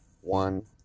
one